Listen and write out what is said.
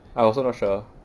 I also not sure